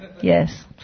Yes